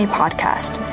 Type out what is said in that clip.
podcast